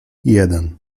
jeden